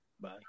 Bye